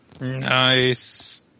Nice